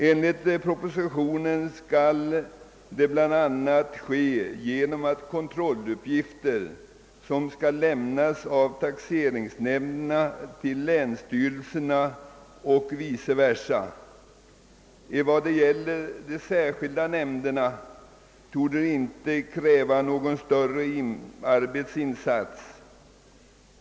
Enligt propositionen skall bl.a. kontrolluppgifter lämnas av taxeringsnämnderna till länsstyrelsen och vice versa. Vad beträffar de särskilda nämnderna torde förfarandet inte kräva någon större arbetsinsats.